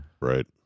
Right